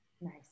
Nice